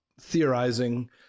theorizing